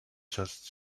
just